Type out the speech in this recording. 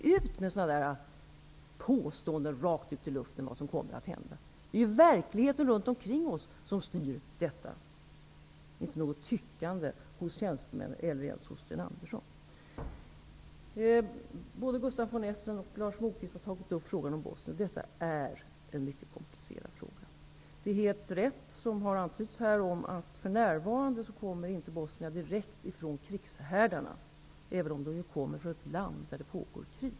Gör inte sådana där påståenden rakt ut i luften om vad som kommer att hända! Det är verkligheten runt omkring oss som styr här, inte något tyckande från tjänstemän eller ens från Sten Andersson. Både Gustaf von Essen och Lars Moquist har tagit upp frågan om Bosnien, vilken är mycket komplicerad. Det som antytts här är helt rätt. För närvarande kommer alltså bosnierna inte direkt från krigshärdarna, även om de kommer från ett land där krig pågår.